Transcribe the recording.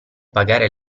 pagare